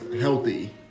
healthy